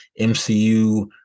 MCU